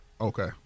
Okay